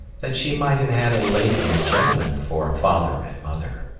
that she might have had a lady and gentleman for a father and mother.